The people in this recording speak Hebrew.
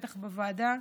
בטח בוועדה,